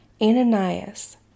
Ananias